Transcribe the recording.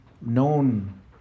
known